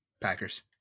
Packers